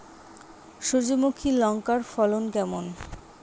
সূর্যমুখী লঙ্কার ফলন কেমন?